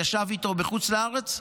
ישב איתו בחוץ לארץ,